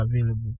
available